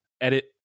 edit